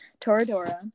Toradora